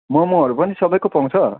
मोमोहरू पनि सबैको पाउँछ